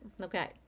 Okay